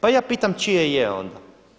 Pa ja pitam čije je onda?